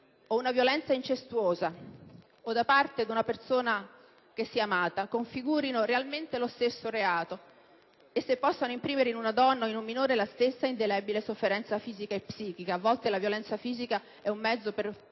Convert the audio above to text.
o una violenza incestuosa o da parte di una persona che si è amata configurino realmente lo stesso reato e se possano imprimere in una donna o in un minore la stessa indelebile sofferenza psichica e fisica. Talvolta la violenza fisica è un mezzo per